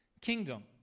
kingdom